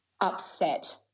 upset